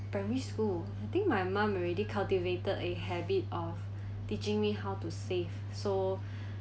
primary school I think my mum already cultivated a habit of teaching me how to save so